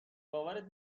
باورت